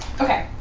okay